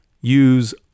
use